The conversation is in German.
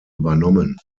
übernommen